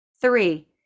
Three